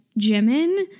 Jimin